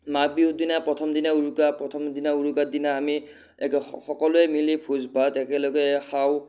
মাঘ বিহুৰ দিনা প্ৰথম দিনা উৰুকা প্ৰথম দিনা উৰুকাৰ দিনা আমি একে সকলোৱে মিলি ভোজ ভাত একেলগে খাওঁ